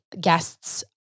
guests